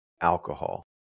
alcohol